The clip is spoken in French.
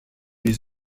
les